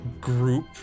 group